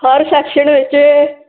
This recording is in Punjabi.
ਹਰ ਸੈਕਸ਼ਨ ਵਿੱਚ